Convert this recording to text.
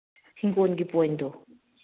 ꯍꯤꯡꯒꯣꯟꯒꯤ ꯄꯣꯏꯟꯗꯣ